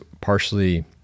partially